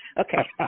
Okay